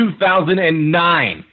2009